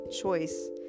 choice